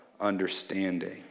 understanding